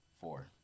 Four